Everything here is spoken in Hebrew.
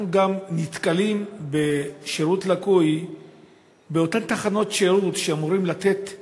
אנחנו גם נתקלים בשירות לקוי באותן תחנות שירות שאמורות לתת שירות,